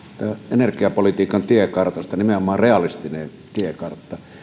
energiapolitiikan tiekartasta nimenomaan realistisesta tiekartasta